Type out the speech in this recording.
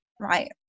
Right